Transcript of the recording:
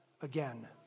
again